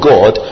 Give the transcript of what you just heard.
God